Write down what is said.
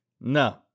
No